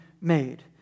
made